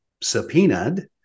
subpoenaed